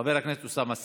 חבר הכנסת אוסאמה סעדי.